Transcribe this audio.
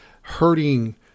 hurting